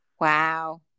Wow